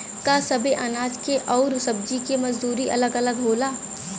का सबे अनाज के अउर सब्ज़ी के मजदूरी अलग अलग होला?